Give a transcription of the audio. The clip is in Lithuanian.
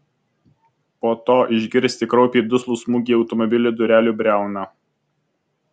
po to išgirsti kraupiai duslų smūgį į automobilio durelių briauną